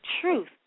truth